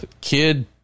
kid